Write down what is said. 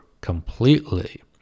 completely